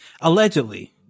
Allegedly